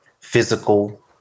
physical